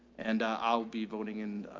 and ah, i'll be voting in,